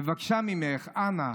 בבקשה ממך, אנא.